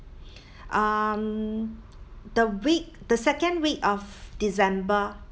um the week the second week of december